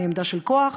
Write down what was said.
מעמדה של כוח.